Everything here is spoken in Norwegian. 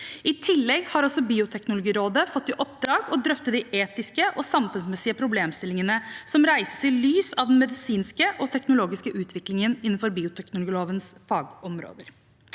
I tillegg har også Bioteknologirådet fått i oppdrag å drøfte de etiske og samfunnsmessige problemstillingene som reises i lys av den medisinske og teknologiske utviklingen innenfor bioteknologilovens fagområder.